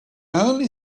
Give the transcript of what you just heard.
only